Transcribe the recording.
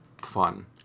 fun